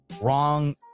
Wrong